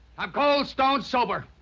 i'm cold stone sober.